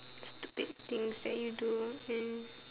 stupid things that you do in